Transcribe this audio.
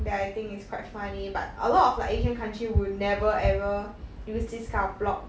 that I think it's quite funny but a lot of like asian country will never ever use this kind of plot